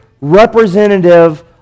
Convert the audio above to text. representative